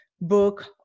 book